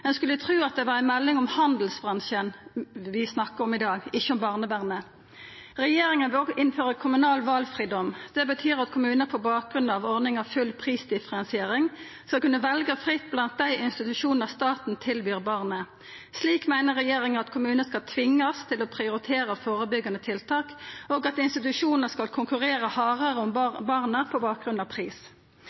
Ein skulle tru det var ei melding om handelsbransjen vi snakkar om i dag, ikkje om barnevernet! Regjeringa vil òg innføra kommunal valfridom. Det betyr at kommunar på bakgrunn av ordninga med full prisdifferensiering skal kunna velja fritt blant dei institusjonane staten tilbyr barnet. Slik meiner regjeringa at kommunar skal tvingast til å prioritera førebyggjande tiltak, og at institusjonar skal konkurrera hardare om barna på bakgrunn av pris.